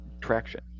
traction